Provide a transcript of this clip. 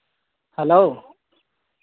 hello